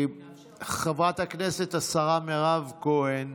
חברת הכנסת השרה מירב כהן,